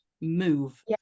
move